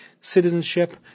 citizenship